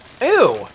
Ew